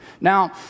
Now